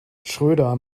schröder